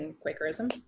Quakerism